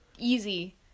easy